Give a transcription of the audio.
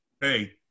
hey